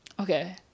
okay